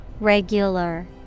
Regular